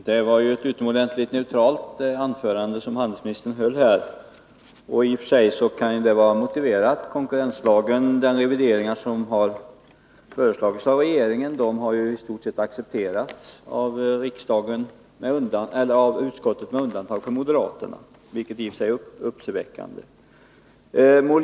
Fru talman! Det var ett utomordentligt neutralt anförande som handelsministern höll, och i viss mån kan det vara motiverat. De revideringar som har föreslagits av regeringen har ju i stort sett accepterats av utskottet — med undantag av moderaterna, vilket på sätt och vis är uppseendeväckande.